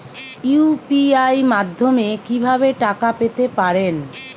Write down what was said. UPI মাধ্যমে কি ভাবে টাকা পেতে পারেন?